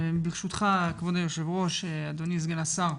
ברשותך, כבוד היושב ראש, אדוני סגן השר,